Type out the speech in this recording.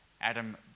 Adam